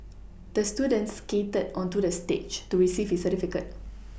the student skated onto the stage to receive his certificate